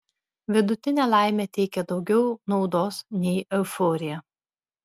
vidutinė laimė teikia daugiau naudos nei euforija